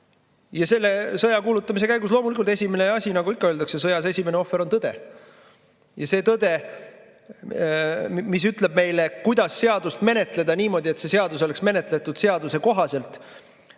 Ja selle sõja kuulutamise käigus loomulikult esimene asi, nagu ikka öeldakse, sõjas esimene ohver on tõde. Ja see tõde, mis ütleb meile, kuidas seadust menetleda niimoodi, et see seadus oleks menetletud seadusekohaselt,